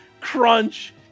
Crunch